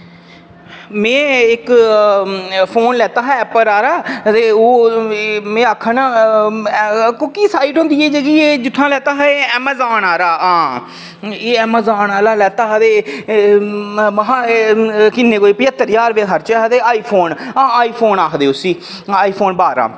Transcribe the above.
में इक्क फोन लैता हा एप्पल आह्ला ते ओह् में आक्खा ना कोह्की साईट होंदी ऐ जित्थां में लैता हा अमेजॉन आह्ला आं एह् अमेजॉन आह्ला लैता हा ते किन्ने ते पंज्हत्तर ज्हार रपेआ खर्चेआ हा ते आईफोन आं आईफोन आखदे उसी आं आईफोन बारां